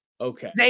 okay